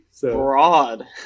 broad